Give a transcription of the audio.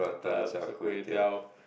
prata char-kway-teow